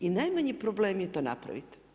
I najmanji problem je to napraviti.